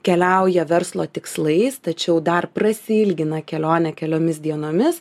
keliauja verslo tikslais tačiau dar prasiilgina kelionę keliomis dienomis